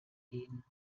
gehen